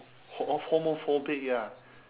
ho oh homophobic ya